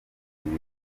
atazi